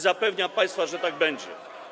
Zapewniam państwa, że tak będzie.